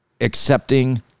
accepting